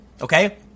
okay